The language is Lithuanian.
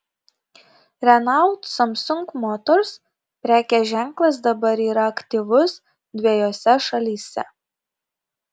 renault samsung motors prekės ženklas dabar yra aktyvus dvejose šalyse